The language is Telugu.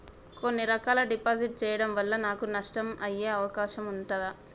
కొన్ని రకాల డిపాజిట్ చెయ్యడం వల్ల నాకు నష్టం అయ్యే అవకాశం ఉంటదా?